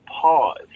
pause